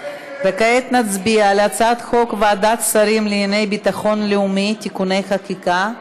וכעת נצביע על הצעת חוק ועדת שרים לענייני ביטחון לאומי (תיקוני חקיקה),